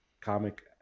comic